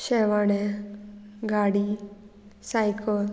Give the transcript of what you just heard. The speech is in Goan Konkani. शेवाणे गाडी सायकल